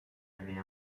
avait